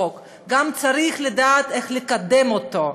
צריך גם לדעת איך לקדם אותו.